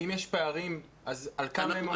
אם יש פערים אז על כמה הם עומדים?